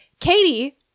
Katie